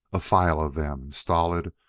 a file of them, stolid,